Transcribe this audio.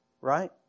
right